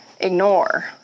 ignore